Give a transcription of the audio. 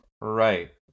Right